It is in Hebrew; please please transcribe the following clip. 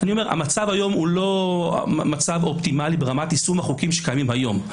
המצב היום הוא לא מצב אופטימלי ברמת יישום החוקים שקיימים היום.